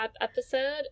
episode